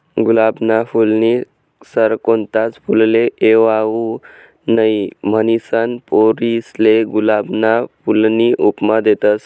गुलाबना फूलनी सर कोणताच फुलले येवाऊ नहीं, म्हनीसन पोरीसले गुलाबना फूलनी उपमा देतस